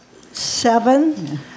seven